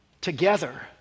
together